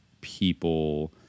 people